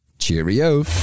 Cheerio